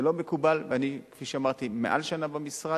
זה לא מקובל, ואני, כפי שאמרתי, יותר משנה במשרד,